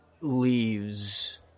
leaves